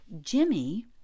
Jimmy